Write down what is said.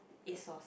Asos